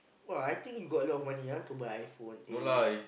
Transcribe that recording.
!wah! I think you got a lot of money ah to buy iPhone eight